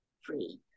free